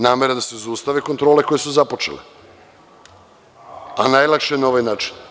Namera je da se zaustave kontrole koje su započete, a najlakše je na ovaj način.